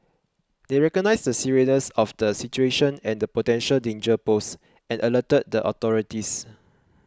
they recognised the seriousness of the situation and the potential danger posed and alerted the authorities